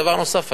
דבר נוסף,